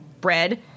bread